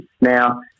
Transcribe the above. now